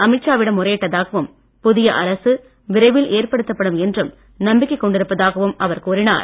அமீத் ஷா விடம் முறையிட்டதாகவும் புதிய அரசு விரைவில் ஏற்படுத்தப்படும் என்று நம்பிக்கை கொண்டிருப்பதாகவும் அவர் கூறினார்